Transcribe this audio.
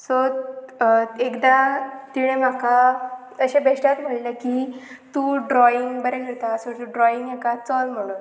so एकदां तिणें म्हाका अशें बेश्टेंत म्हणलें की तूं ड्रॉईंग बरें करता सो तूं ड्रॉईंग हेका चल म्हणून